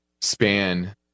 span